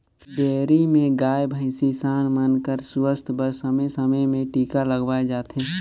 dairy में गाय, भइसी, सांड मन कर सुवास्थ बर समे समे में टीका लगवाए जाथे